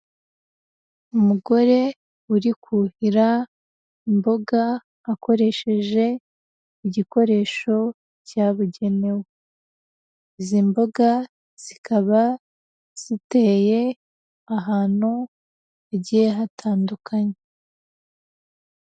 Umugore uri kuhira imboga, akoresheje igikoresho cyabugenewe. Izi mboga zikaba ziteye ahantu hagiye hatandukanye.